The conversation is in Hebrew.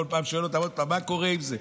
וכל פעם שאל אותם עוד פעם: מה קורה עם זה?